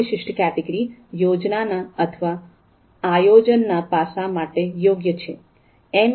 આ વિશિષ્ટ કેટેગરી યોજના અથવા આયોજનના પાસા માટે યોગ્ય છે